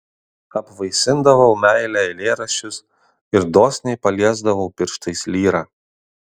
apvaisindavau meile eilėraščius ir dosniai paliesdavau pirštais lyrą